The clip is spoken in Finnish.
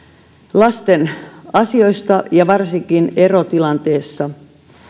lasten asioista varsinkin erotilanteessa